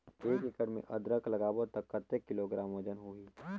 एक एकड़ मे अदरक लगाबो त कतेक किलोग्राम वजन होही?